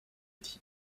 dit